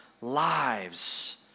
lives